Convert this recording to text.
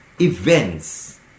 events